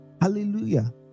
hallelujah